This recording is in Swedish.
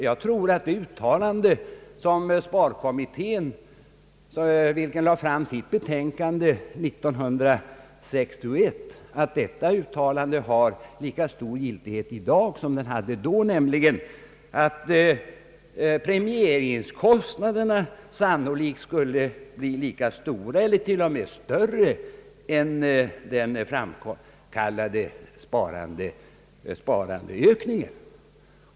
Jag tror att det uttalande som sparkommittén gjorde i sitt 1961 framlagda betänkande har lika stor giltighet i dag som det hade då, nämligen att premieringskostnaderna sannolikt kommer att bli lika stora eller till och med större än den framkallade sparandeökningen.